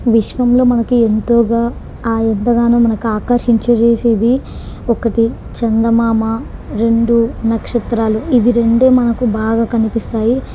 విశ్వంలో మనకి ఎంతోగా ఎంతగానో మనకు ఆకర్షింపజేసేది ఒకటి చందమామ రెండు నక్షత్రాలు ఇవి రెండే మనకు బాగా కనిపిస్తాయి